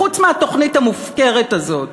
חוץ מהתוכנית המופקרת הזאת?